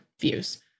views